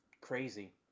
crazy